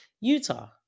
Utah